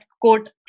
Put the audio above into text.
quote